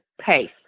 pace